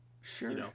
Sure